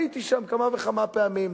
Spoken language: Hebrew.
הייתי שם כמה וכמה פעמים.